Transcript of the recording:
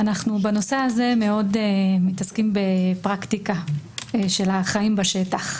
בנושא הזה אנו מתעסקים בפרקטיקה של החיים בשטח.